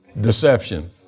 Deception